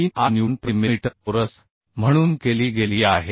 38 newton प्रति millimetre चौरस म्हणून केली गेली आहे